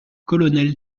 colonel